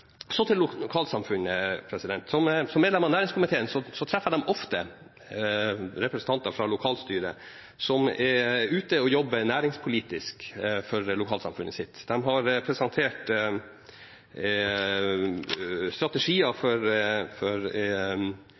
Så til lokalsamfunnet: Som medlem av næringskomiteen treffer jeg ofte representanter fra lokalstyret som er ute og jobber næringspolitisk for lokalsamfunnet sitt. De har presentert strategier for reiseliv, de har presentert næringsstrategier for